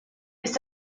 ist